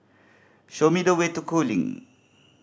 show me the way to Cooling